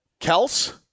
Kels